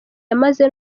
yamaze